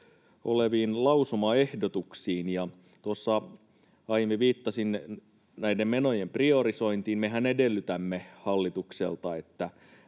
oleviin lausumaehdotuksiin ja tuossa aiemmin viittasin näiden menojen priorisointiin. Mehän edellytämme hallitukselta,